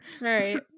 right